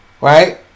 right